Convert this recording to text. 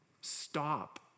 Stop